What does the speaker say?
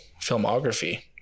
filmography